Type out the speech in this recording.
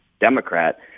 Democrat